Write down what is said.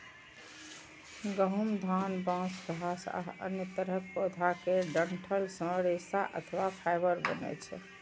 गहूम, धान, बांस, घास आ अन्य तरहक पौधा केर डंठल सं रेशा अथवा फाइबर बनै छै